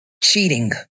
cheating